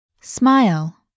smile